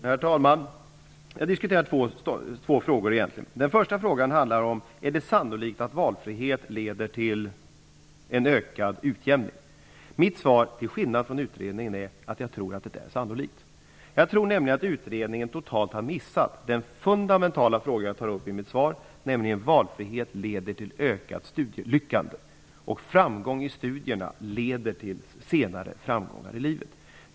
Herr talman! Vi har diskuterat två frågor. Den första frågan gäller om det är sannolikt att valfrihet leder till ökad utjämning. Mitt svar, till skillnad från det svar som utredningen lämnar, är att jag tror att det är sannolikt. Jag tror nämligen att utredningen totalt har missat den fundamentala fråga jag tar upp i mitt svar, nämligen att valfrihet leder till ökad studieframgång och att framgång i studierna leder till framgångar senare i livet.